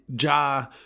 Ja